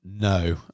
No